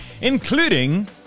including